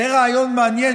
זה רעיון מעניין,